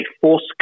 force